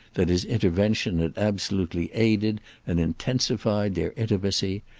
that his intervention had absolutely aided and intensified their intimacy,